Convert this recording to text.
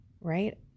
right